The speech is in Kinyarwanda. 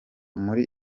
muri